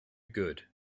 good